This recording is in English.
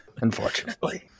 Unfortunately